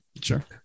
Sure